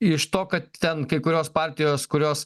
iš to kad ten kai kurios partijos kurios